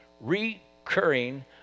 recurring